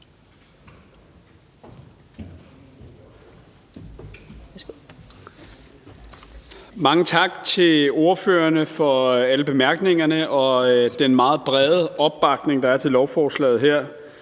Mange tak til ordførerne for alle bemærkningerne og den meget brede opbakning, der er til lovforslaget her.